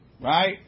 Right